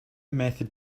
method